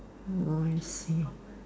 oh I see